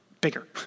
bigger